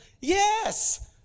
Yes